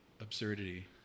absurdity